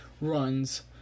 runs